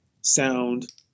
sound